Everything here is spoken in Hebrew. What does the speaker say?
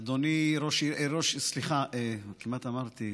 אדוני ראש, סליחה, כמעט אמרתי,